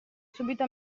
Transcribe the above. subito